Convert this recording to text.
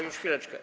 Już, chwileczkę.